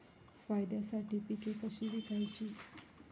फायद्यासाठी पिके कशी विकायची?